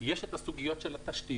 יש את הסוגיות של התשתיות.